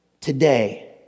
today